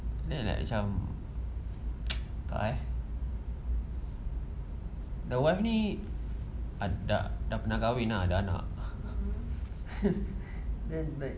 then like some entah the wife ni dah pernah kahwin dah ada anak then like